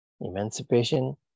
emancipation